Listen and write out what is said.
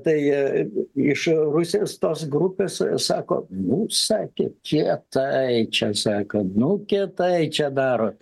tai iš rusijos tos grupės sako mums sakė kietai čia sako nu kietai čia darot